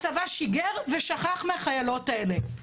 הצבא שיגר ושכח מהחיילות האלה,